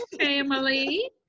family